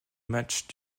matchs